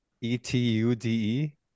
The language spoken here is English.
E-T-U-D-E